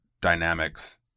dynamics